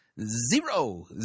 zero